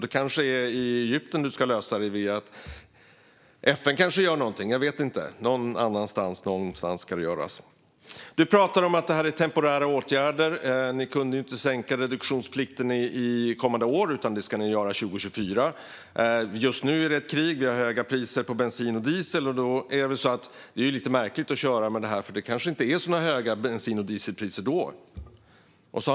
Det kanske är i Egypten du ska lösa det, eller kanske FN gör någonting - jag vet inte. Någon annanstans ska det göras. Du pratar om att det här är temporära åtgärder. Ni kunde inte sänka reduktionsplikten kommande år, utan det ska ni göra 2024. Just nu är det ett krig, och vi har höga priser på bensin och diesel. Då är det lite märkligt att köra med det här, för det kanske inte är så höga bensin och dieselpriser 2024.